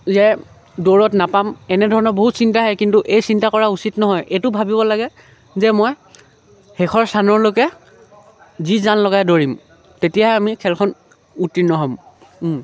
যে দৌৰত নাপাম এনেধৰণৰ বহুত চিন্তা আহে কিন্তু এই চিন্তা কৰা উচিত নহয় এইটো ভাবিব লাগে যে মই শেষৰ স্থানৰলৈকে জী জান লগাই দৌৰিম তেতিয়াহে আমি খেলখন উত্তীৰ্ণ হ'ম